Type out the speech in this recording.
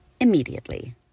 immediately